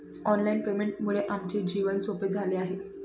online पेमेंटमुळे आमचे जीवन सोपे झाले आहे